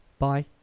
bye